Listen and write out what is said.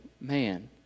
man